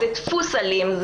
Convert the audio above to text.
זה דפוס אלים,